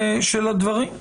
הדברים.